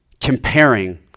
comparing